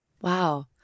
Wow